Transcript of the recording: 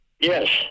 Yes